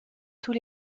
tous